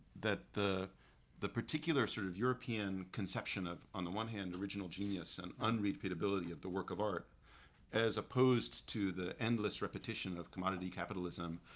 that the the particular sort of european conception of on the one hand original genius and unrepeatability of the work of art as opposed to the endless repetition of commodity capitalism,